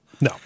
No